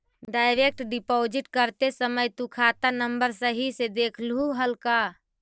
Direct deposit करते समय तु खाता नंबर सही से देखलू हल का?